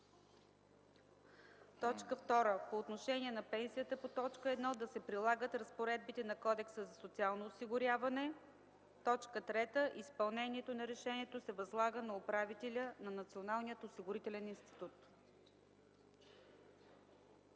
г. 2. По отношение на пенсията по т. 1 да се прилагат разпоредбите на Кодекса за социално осигуряване. 3. Изпълнението на решението се възлага на управителя на Националния осигурителен институт.”